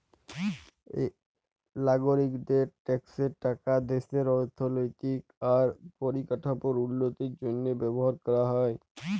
লাগরিকদের ট্যাক্সের টাকা দ্যাশের অথ্থলৈতিক আর পরিকাঠামোর উল্লতির জ্যনহে ব্যাভার ক্যরা হ্যয়